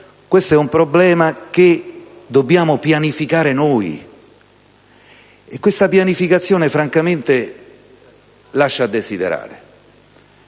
Questo è allora un problema che dobbiamo pianificare noi, e tale pianificazione francamente lascia a desiderare.